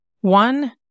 one